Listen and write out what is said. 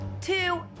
Two